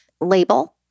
label